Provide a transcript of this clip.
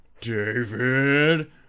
David